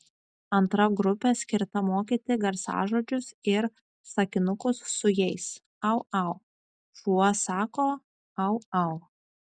antra grupė skirta mokyti garsažodžius ir sakinukus su jais au au šuo sako au au